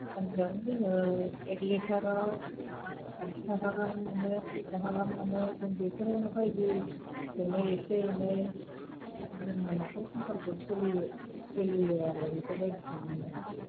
सानसेयावनो जोङो एक लिटाराव छाति थाखा गाहाम मोनो त्रिश थाखा गाहाम मोनो जों बेफोरबायदिजोंनो एसे एनै जोङो नखर संसारखौ सलियो सोलियो आरो बेफोरबायदिजोंनो